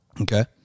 Okay